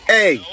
Hey